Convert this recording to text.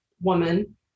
woman